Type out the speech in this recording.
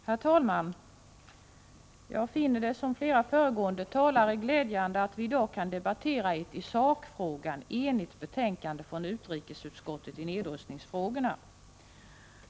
Herr talman! Jag finner det, liksom flera föregående talare, glädjande att vi i dag kan debattera ett i sakfrågan enigt betänkande från utrikesutskottet beträffande nedrustningsfrågorna.